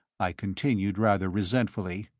i continued rather resentfully,